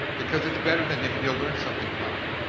because it's better then him and he'll learn something from it.